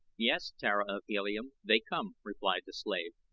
yes, tara of helium, they come, replied the slave.